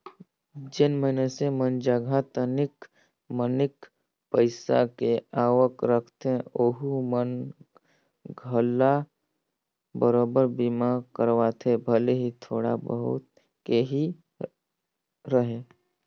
जेन मइनसे मन जघा तनिक मनिक पईसा के आवक रहथे ओहू मन घला बराबेर बीमा करवाथे भले ही थोड़ा बहुत के ही रहें